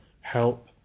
help